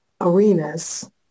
arenas